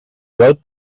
wrote